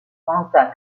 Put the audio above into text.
santa